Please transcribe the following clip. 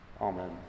Amen